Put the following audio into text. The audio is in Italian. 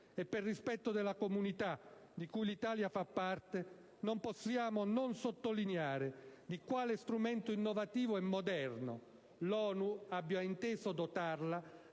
E, per rispetto della comunità di cui l'Italia fa parte, non possiamo non sottolineare di quale strumento innovativo e moderno l'ONU abbia inteso dotarla,